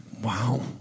Wow